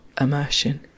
immersion